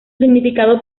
significado